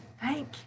thank